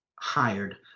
hired